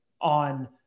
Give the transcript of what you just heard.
on